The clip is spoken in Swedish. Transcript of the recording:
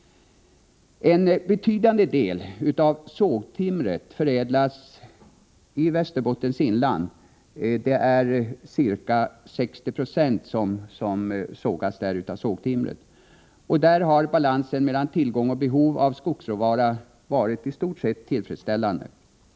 En betydande del av sågtimret förädlas i Västerbottens inland — ca 60 90 av sågtimret sågas där — och balansen mellan tillgång och behov på skogsråvara har varit i stort sett tillfredsställande.